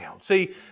See